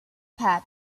pep